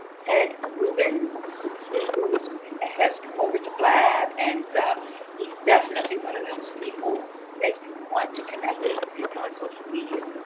ted rubin who has has come over to blab and he's definitely one of those people you want to connect with if you're doing social media.